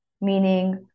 meaning